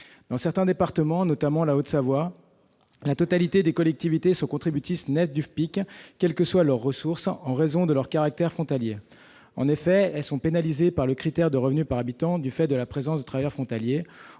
Dans certains départements, notamment la Haute-Savoie, toutes les collectivités sont contributrices nettes au FPIC, quelles que soient leurs ressources, en raison de leur caractère frontalier. En effet, elles sont pénalisées par le critère du revenu par habitant, du fait de la présence sur leur territoire